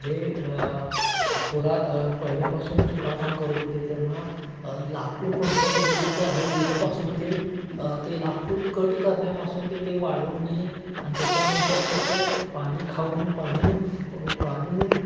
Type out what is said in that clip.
जे पुरा पहिल्यापासून सुतारकाम करत होते त्यांना लाकूड कोणत्या पद्धतीचं आहे येथपासून ते ते लाकूड कट करण्यापासून ते ते वाळवणे आणि त्याच्यानंतर त्याचं पाणी खाऊन पाणी पाणी